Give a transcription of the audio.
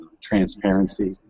transparency